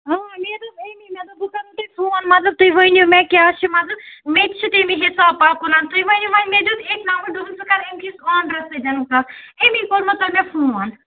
اۭں مے دوٚپ أمی مےٚ دوٚپ بہٕ کَرو تۄہہِ فون مطلب تُہۍ ؤنِو مےٚ کیٛاہ چھِ مطلب مےٚ تہِ چھِ تَمی حساب پَکُن تُہۍ ؤنِو وۄنۍ مےٚ دیُت أکۍ نمبر دوٚپُن ژٕ کَر أمۍکِس اونرَس سۭتۍ کَتھ اَمی کوٚرمو تۄہہِ مےٚ فون